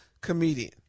comedian